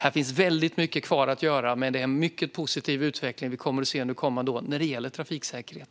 Här finns väldigt mycket kvar att göra, men det är en mycket positiv utveckling vi kommer att se under kommande år när det gäller trafiksäkerhet.